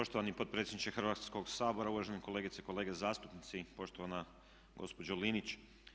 Poštovani potpredsjedniče Hrvatskog sabora, uvažene kolegice i kolege zastupnici, poštovana gospođo Linić.